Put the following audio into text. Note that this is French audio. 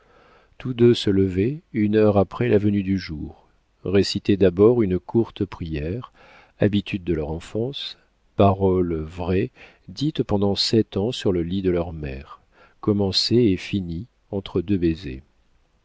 tous deux se levaient une heure après la venue du jour récitaient d'abord une courte prière habitude de leur enfance paroles vraies dites pendant sept ans sur le lit de leur mère commencées et finies entre deux baisers